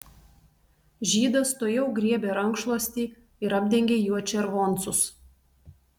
žydas tuojau griebė rankšluostį ir apdengė juo červoncus